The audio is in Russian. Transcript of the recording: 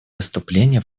выступление